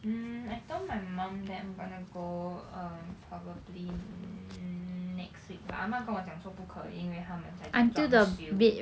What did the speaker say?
um I told my mum that I'm gonna go um probably next week but 阿嬷跟我讲不可以因为他们还在装修